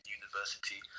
university